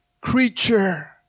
creature